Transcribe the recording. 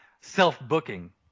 self-booking